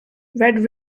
red